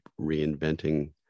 reinventing